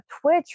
Twitch